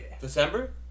December